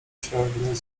przerażonych